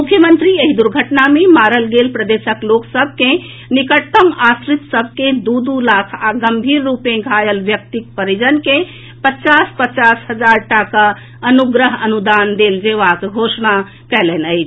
मुख्यमंत्री एहि दुर्घटना मे मारल गेल प्रदेशक लोक सभ के निकटतम आश्रित सभ के द्र दू लाख आ गम्भीर रूप सँ घायल व्यक्तिक परिजन के पचास पचास हजार टाका अनुग्रह अनुदान देल जेबाक घोषणा कयलनि अछि